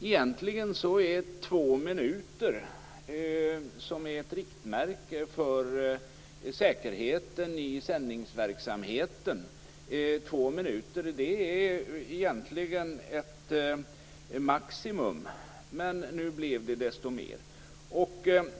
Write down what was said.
Egentligen är två minuter, som är ett riktmärke för säkerheten i sändningsverksamheten, ett maximum. Men nu blev det desto mer.